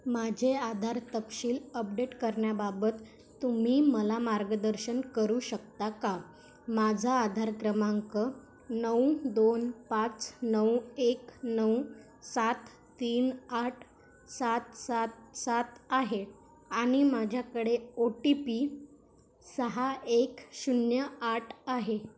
माझे आधार तपशील अपडेट करण्याबाबत तुम्ही मला मार्गदर्शन करू शकता का माझा आधार क्रमांक नऊ दोन पाच नऊ एक नऊ सात तीन आठ सात सात सात आहे आणि माझ्याकडे ओ टी पी सहा एक शून्य आठ आहे